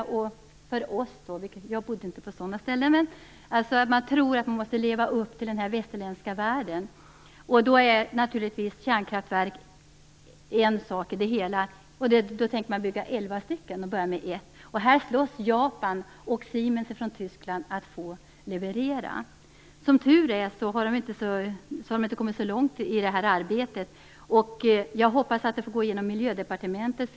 Själv bodde jag inte på sådana ställen. Man tror att man måste leva upp till vad som gäller i den västerländska världen. Kärnkraftverk är en sak i det hela. Man tänker bygga elva stycken och börjar med ett. Japan och Siemens i Tyskland slåss om att få leverera. Som tur är har man inte kommit så långt i det arbetet. Jag hoppas att det går genom Miljödepartementet.